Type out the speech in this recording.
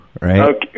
right